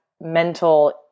mental